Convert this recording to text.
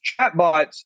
chatbots